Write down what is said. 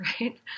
right